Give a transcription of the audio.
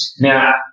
Now